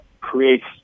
creates